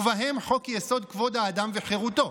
ובהם חוק-יסוד: כבוד האדם וחירותו.